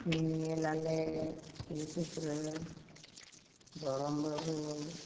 ᱧᱮᱞ ᱟᱞᱮ ᱨᱮ ᱜᱚᱲᱚᱢ ᱵᱟᱹᱵᱩ